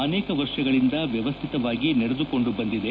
ಅನೇಕ ವರ್ಷಗಳಿಂದ ವ್ಯವಸ್ಥಿವಾಗಿ ನಡೆದುಕೊಂಡು ಬಂದಿದೆ